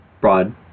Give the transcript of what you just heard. broad